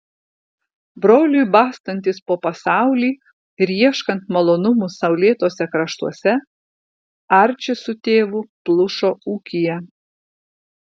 broliui bastantis po pasaulį ir ieškant malonumų saulėtuose kraštuose arčis su tėvu plušo ūkyje